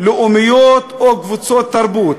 לאומיות או קבוצות תרבות.